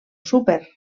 súper